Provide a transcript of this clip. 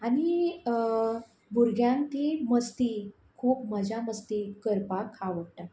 आनी भुरग्यांक ती मस्ती खूब मजा मस्ती करपाक आवडटा